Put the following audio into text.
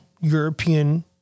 European